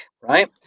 Right